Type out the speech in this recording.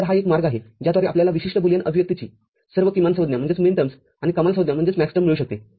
तरहा एक मार्ग आहे ज्याद्वारे आपल्याला विशिष्ट बुलियन अभिव्यक्तीची सर्व किमान संज्ञा आणि कमाल संज्ञा मिळू शकते